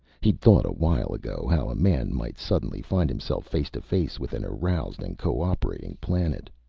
he'd thought, a while ago, how a man might suddenly find himself face to face with an aroused and cooperating planet.